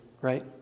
right